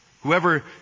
Whoever